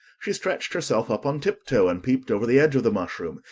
she stretched herself up on tiptoe, and peeped over the edge of the mushroom,